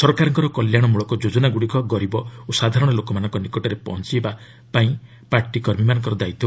ସରକାରଙ୍କର କଲ୍ୟାଣମୂଳକ ଯୋଜନାଗୁଡ଼ିକ ଗରିବ ଓ ସାଧାରଣ ଲୋକମାନଙ୍କ ନିକଟରେ ପହଞ୍ଚବା ପାର୍ଟି କର୍ମୀମାନଙ୍କର ଦାୟିତ୍ୱ